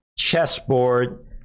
chessboard